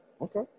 Okay